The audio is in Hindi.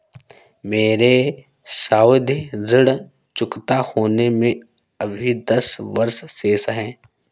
मेरे सावधि ऋण चुकता होने में अभी दस वर्ष शेष है